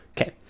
Okay